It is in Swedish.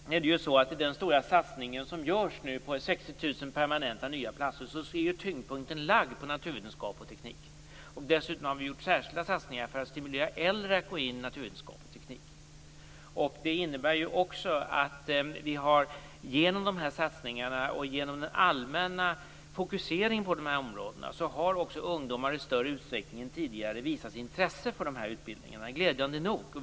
När det gäller den stora satsning som nu görs med 60 000 permanenta nya platser är tyngdpunkten lagd på naturvetenskap och teknik. Dessutom har man gjort särskilda satsningar för att stimulera äldre att gå in i naturvetenskap och teknik. Genom de här satsningarna och genom den allmänna fokuseringen på de områdena har också ungdomar i större utsträckning än tidigare visat sitt intresse för de här utbildningarna, glädjande nog.